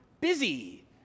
busy